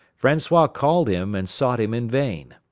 francois called him and sought him in vain.